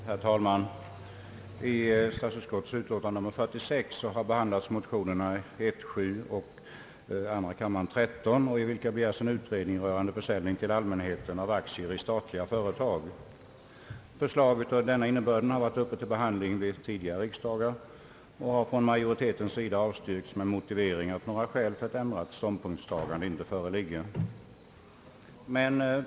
Herr talman! I statsutskottets utlåtande nr 46 har behandlats motionerna I: 7 och II: 13, i vilka begärs en utredning rörande försäljning till allmänheten av aktier i statliga företag. Förslag med samma innebörd har varit uppe till behandling vid tidigare riksdagar men har av utskottsmajoriteten avstyrkts med motiveringen, att några skäl för ett ändrat ståndpunktstagande inte föreligger.